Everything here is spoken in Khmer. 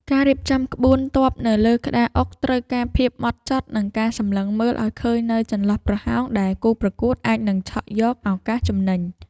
ការរៀបចំក្បួនទ័ពនៅលើក្តារអុកត្រូវការភាពហ្មត់ចត់និងការសម្លឹងមើលឱ្យឃើញនូវចន្លោះប្រហោងដែលគូប្រកួតអាចនឹងឆក់យកឱកាសចំណេញ។